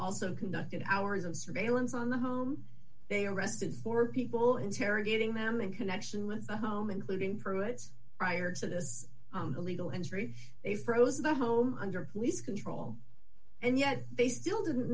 also conducted hours of surveillance on the home they arrested four people interrogating them in connection with the home including pruitt's prior to this illegal entry they froze the home under police control and yet they still didn't